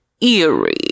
eerie